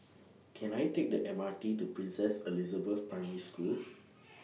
Can I Take The M R T to Princess Elizabeth Primary School